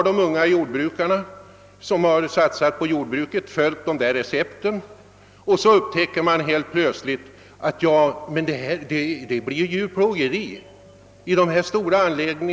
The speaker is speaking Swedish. De unga jordbrukarna som satsat på jordbruket har följt detta recept, varefter det helt plötsligt upptäcks, att de nya byggnadsmetoderna medför djurplågeri.